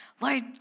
Lord